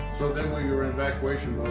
so then we were in evacuation